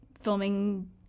filming